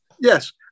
Yes